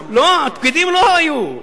לא, הפקידים לא היו.